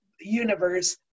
universe